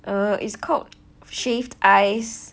uh it's called shaved ice